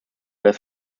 dass